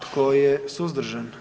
Tko je suzdržan?